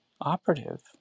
operative